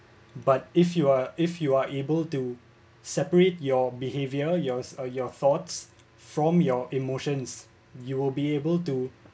but if you are if you are able to separate your behaviour yours your thoughts from your emotions you will be able to